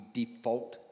default